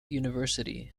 university